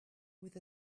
with